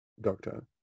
doctor